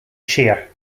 shear